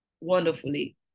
wonderfully